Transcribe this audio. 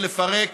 לפרק, לפרק.